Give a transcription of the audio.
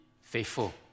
faithful